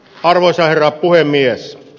arvoisa herra puhemies